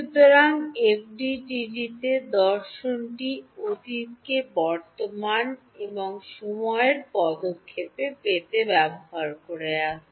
সুতরাং এফডিটিডি তে দর্শনটি অতীতকে বর্তমান এবং সময়ের পদক্ষেপে পেতে ব্যবহার করে আসছে